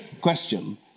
question